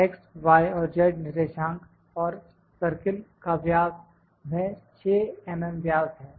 इसलिए X Y और Z निर्देशांक और सर्किल का व्यास वह 6 mm व्यास है